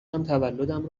تولدم